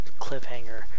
cliffhanger